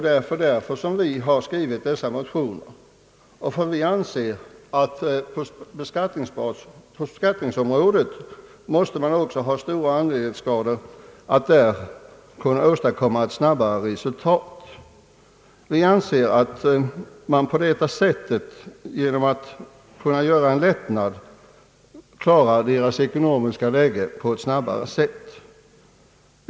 Därför har vi skrivit de motioner som behandlas i detta utskottsbetänkande. Vi anser att det är mycket angeläget att på beskattningens område snabbt nå resultat i detta sammanhang. Vi anser att man genom att ge fiskarna dylika lättnader snabbare än på annat sätt skulle kunna klara deras ekonomiska situation.